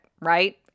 right